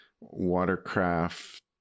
watercraft